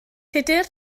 tudur